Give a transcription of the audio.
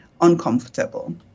uncomfortable